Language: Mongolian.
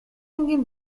ангийн